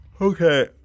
Okay